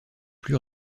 plus